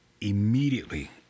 immediately